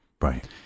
Right